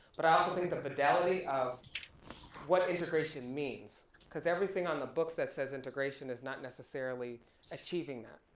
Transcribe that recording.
but i also think the fidelity of what integration means, cause everything on the books that says integration is not necessarily achieving that,